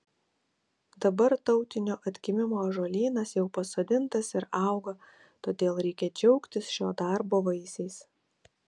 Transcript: dabar tautinio atgimimo ąžuolynas jau pasodintas ir auga todėl reikia džiaugtis šio darbo vaisiais